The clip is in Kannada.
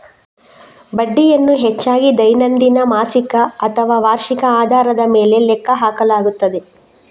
ಬಡ್ಡಿಯನ್ನು ಹೆಚ್ಚಾಗಿ ದೈನಂದಿನ, ಮಾಸಿಕ ಅಥವಾ ವಾರ್ಷಿಕ ಆಧಾರದ ಮೇಲೆ ಲೆಕ್ಕ ಹಾಕಲಾಗುತ್ತದೆ